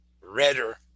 redder